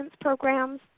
programs